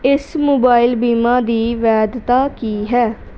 ਇਸ ਮੋਬਾਈਲ ਬੀਮਾ ਦੀ ਵੈਧਤਾ ਕੀ ਹੈ